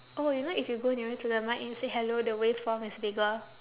oh you know if you go nearer to the mic and say hello the waveform is bigger